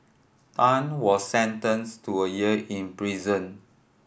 Tan was sentenced to a year in prison